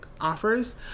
offers